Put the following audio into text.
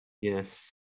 Yes